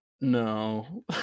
No